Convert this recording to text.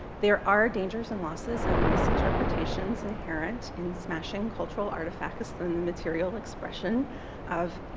there are dangers and losses and misinterpretations inherent in smashing cultural artifacts, the and the material expression of, you